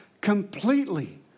completely